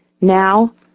Now